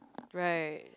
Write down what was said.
right